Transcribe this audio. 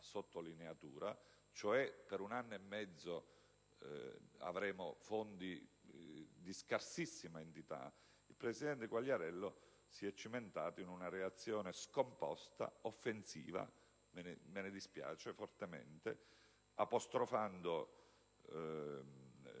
sottolineatura del fatto che per un anno e mezzo avremo fondi di scarsissima entità, il presidente Quagliariello si è cimentato in una reazione scomposta e offensiva (e me ne dispiaccio fortemente), apostrofando